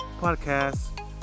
podcast